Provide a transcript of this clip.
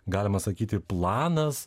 galima sakyti planas